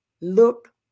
Look